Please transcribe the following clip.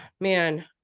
man